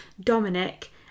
Dominic